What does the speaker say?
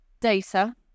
data